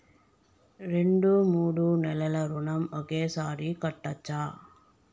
రెండు మూడు నెలల ఋణం ఒకేసారి కట్టచ్చా?